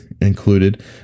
included